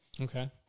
Okay